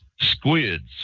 squids